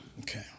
Okay